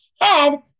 head